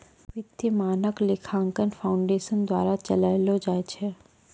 वित्तीय मानक लेखांकन फाउंडेशन द्वारा चलैलो जाय छै